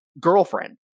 girlfriend